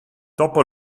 dopo